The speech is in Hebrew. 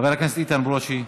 חבר הכנסת איתן ברושי,